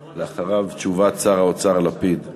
ואחריו, תשובת שר האוצר לפיד.